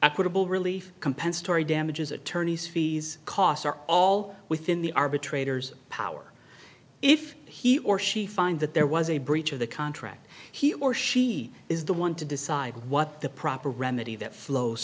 equitable relief compensatory damages attorney's fees costs are all within the arbitrators power if he or she find that there was a breach of the contract he or she is the one to decide what the proper remedy that flows